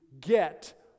get